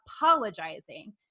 apologizing